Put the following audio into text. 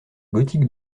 gothique